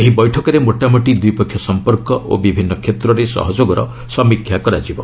ଏହି ବୈଠକରେ ମୋଟାମୋଟି ଦ୍ୱିପକ୍ଷୀୟ ସମ୍ପର୍କ ଓ ବିଭିନ୍ନ କ୍ଷେତ୍ରରେ ସହଯୋଗର ସମୀକ୍ଷା କରାଯିବ